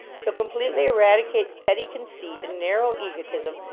so completely eradicates petty conceit and narrow egotism,